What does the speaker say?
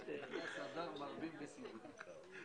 שאתה מזכיר את המקרה של סינרג'י בהרבה מאוד דיונים.